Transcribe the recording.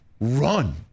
run